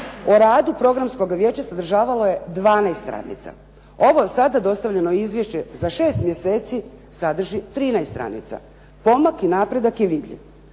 o radu Programskoga vijeća sadržavalo je 12 stranica. Ovo sada dostavljeno izvješće za 6 mjeseci sadrži 13 stranica. Pomak i napredak je vidljiv.